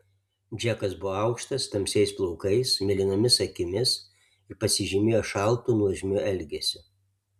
džekas buvo aukštas tamsiais plaukais mėlynomis akimis ir pasižymėjo šaltu nuožmiu elgesiu